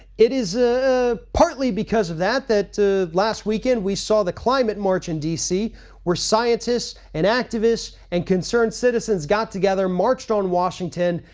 it is ah ah partly because of that that last weekend we saw the climate march in dc where scientists and activists and concerned citizens got together, marched on washington,